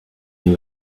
him